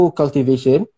cultivation